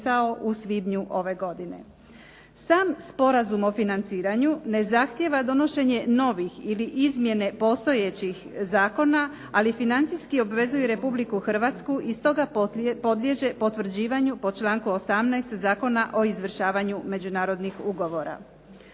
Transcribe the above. Sam sporazum o financiranju ne zahtjeva donošenje novih ili izmjene postojećih zakona, ali financijski obvezuje Republiku Hrvatsku i stoga podliježe potvrđivanju po članku 18. Zakona o izvršavanju međunarodnih ugovora.